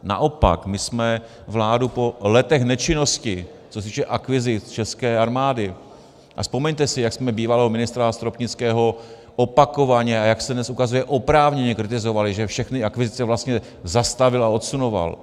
Naopak, my jsme vládu po letech nečinnosti, co se týče akvizic české armády, a vzpomeňte si, jak jsme bývalého ministra Stropnického opakovaně, a jak se dnes ukazuje, oprávněně kritizovali, že všechny akvizice vlastně zastavil a odsunoval.